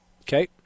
Okay